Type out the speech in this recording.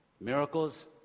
Miracles